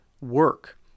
work